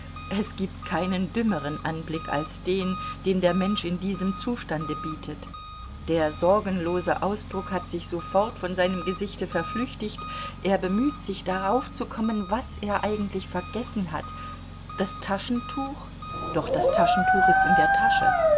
es gibt keinen dümmeren anblick als den den der mensch in diesem zustande bietet der sorgenlose ausdruck hat sich sofort von seinem gesichte verflüchtigt er bemüht sich darauf zu kommen was er eigentlich vergessen hat das taschentuch doch das taschentuch ist in der tasche